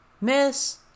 Miss